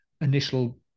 initial